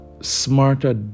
smarter